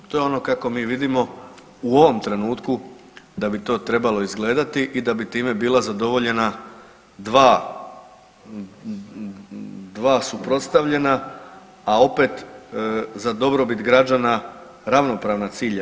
To je ono kako mi vidimo u ovom trenutku da bi to trebalo izgledati i da bi time bila zadovoljena dva suprotstavljena, a opet za dobrobit građana, ravnopravna cilja.